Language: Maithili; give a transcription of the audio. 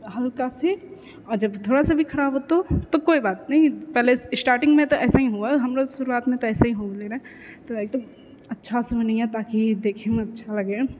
हल्कासँ आओर जब थोड़ा सा भी खराब होतौ तऽ कोइ बात नही पहले स्टार्टिंगमे तऽ ऐसा ही हुए हमरो शुरुआतमे तऽऐसे ही हुए लए रहै तऽ एकदम अच्छासँ बनैहे ताकि देखयमे अच्छा लगए